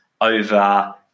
over